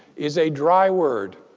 is a dry word.